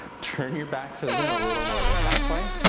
turn your back toes in a little more than halfway.